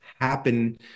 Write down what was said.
happen